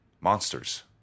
Monsters